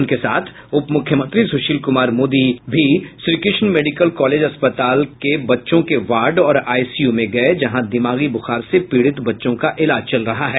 उनके साथ उपमुख्यमंत्री सुशील कुमार मोदी भी श्री कृष्ण मेडिकल कॉलेज अस्पताल में के बच्चों के वार्ड और आईसीयू में गए जहां दिमागी बुखार से पीड़ित बच्चों का इलाज चल रहा है